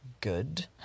good